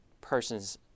person's